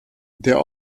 der